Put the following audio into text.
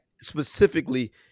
specifically